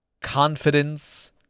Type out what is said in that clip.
confidence